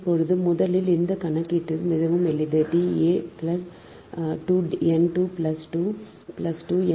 இப்போது முதலில் இந்தக் கணக்கீடு மிகவும் எளிது D a to n 2 plus 2 plus 2